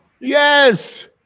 Yes